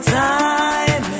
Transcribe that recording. time